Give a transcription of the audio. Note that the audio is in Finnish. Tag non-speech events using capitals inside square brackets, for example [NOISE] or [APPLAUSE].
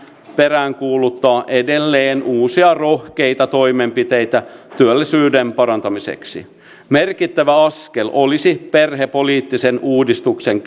peräänkuuluttaa edelleen uusia rohkeita toimenpiteitä työllisyyden parantamiseksi merkittävä askel olisi perhepoliittisen uudistuksen [UNINTELLIGIBLE]